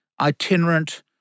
itinerant